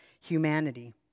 humanity